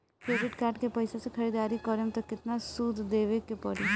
Credit card के पैसा से ख़रीदारी करम त केतना सूद देवे के पड़ी?